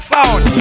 Sound